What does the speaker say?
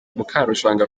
mukarujanga